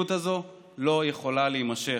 המציאות הזאת לא יכולה להימשך.